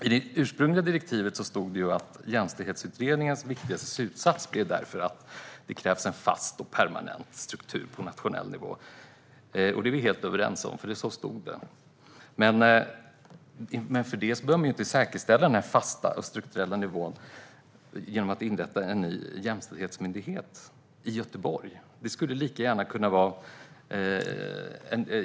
I det ursprungliga direktivet stod det att Jämställdhetsutredningens viktigaste slutsats blev att det krävs en fast och permanent struktur på nationell nivå. Det är vi helt överens om; så stod det. Men för den skull behöver man inte säkerställa den fasta och strukturella nivån genom att inrätta en ny jämställdhetsmyndighet i Göteborg.